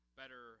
better